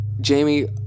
Jamie